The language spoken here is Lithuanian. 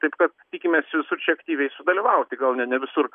taip kad tikimės visur čia aktyviai sudalyvauti gal ne ne visur